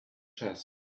chest